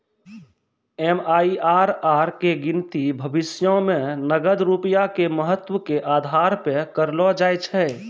MIRR के गिनती भविष्यो मे नगद रूपया के महत्व के आधार पे करलो जाय छै